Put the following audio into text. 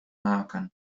maken